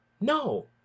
No